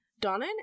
Donna